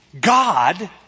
God